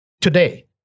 today